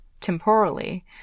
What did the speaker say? temporally